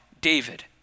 David